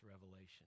revelation